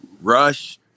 rush